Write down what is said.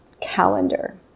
calendar